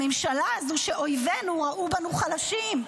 הממשלה הזו שבה אויבינו ראו בנו חלשים,